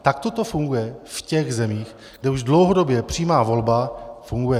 Takto to funguje v těch zemích, kde už dlouhodobě přímá volba funguje.